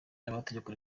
n’amategeko